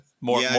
More